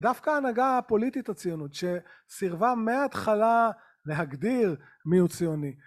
דווקא ההנהגה הפוליטית הציונות שסירבה מההתחלה להגדיר מיהו ציוני